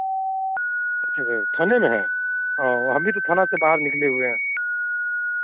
अच्छा तो थाने में हैं औ हम भी तो थाना से बाहर निकले हुए हैं